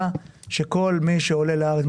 שכל מי שעולה לארץ,